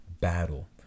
battle